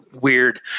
weird